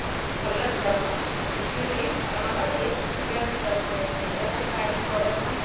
ଭଲ ଗ୍ରହ ପୃଥିବୀ ଆମର ଏ ପୃଥିବୀ ରେ ଆମେ ଜନ୍ମ ନେଇଛେ ଏହାରି ପାଣି ପବନ